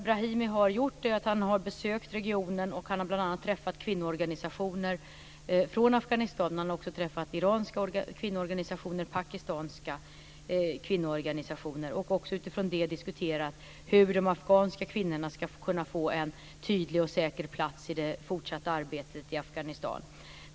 Brahimi har besökt regionen, och han har bl.a. träffat representanter för afghanska kvinnoorganisationer och också för iranska och pakistanska kvinnoorganisationer och utifrån det diskuterat hur de afghanska kvinnorna ska kunna få en tydlig och säker plats i det fortsatta arbetet i Afghanistan.